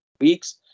weeks